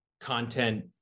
content